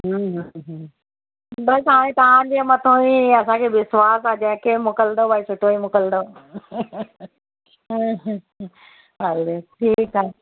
हम्म हम्म बसि हाणे तव्हांजे मथां ई असांखे विश्वास आहे जेके मोकिलींदा भई सुठो ई मोकिलींदा हलु ठीकु आहे